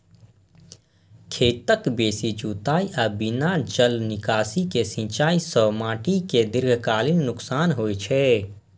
खेतक बेसी जुताइ आ बिना जल निकासी के सिंचाइ सं माटि कें दीर्घकालीन नुकसान होइ छै